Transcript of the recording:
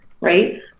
right